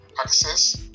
access